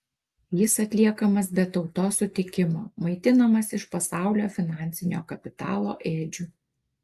jis atliekamas be tautos sutikimo maitinamas iš pasaulio finansinio kapitalo ėdžių